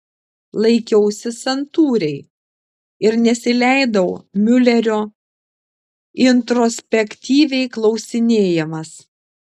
laikiausi santūriai ir nesileidau miulerio introspektyviai klausinėjamas